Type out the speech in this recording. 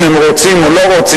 אם הם רוצים או לא רוצים,